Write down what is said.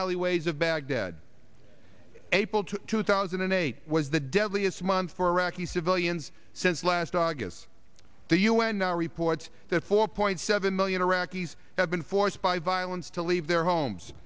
alleyways of baghdad april two thousand and eight was the deadliest month for iraqi civilians since last august the un now reports that four point seven million iraqis have been forced by violence to leave their homes